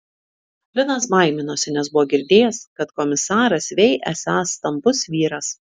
linas baiminosi nes buvo girdėjęs kad komisaras vei esąs stambus vyras